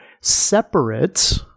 separate